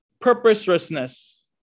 purposelessness